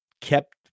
kept